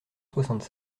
soixante